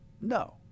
no